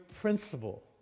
principle